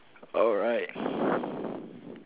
alright